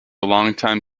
longtime